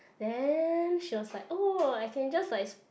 then she was like oh I can just like